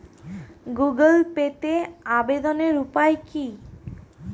Google পেতে আবেদনের উপায় কি?